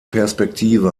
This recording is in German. perspektive